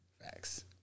Facts